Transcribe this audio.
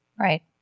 Right